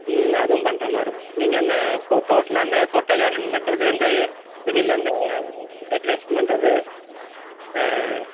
ம் அதுவும் பண்ணுற மாதிரி இருக்கும் நீங்கள் அந்த கொ டோட்டலாக அந்த கொட்டகை அரேஞ்ச் பண்ணுறது அந்த வெளியில் அந்த டெக்கரேஷன் பண்ணுறது